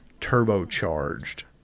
Turbocharged